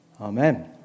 Amen